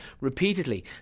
repeatedly